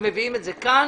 ומביאים את זה כאן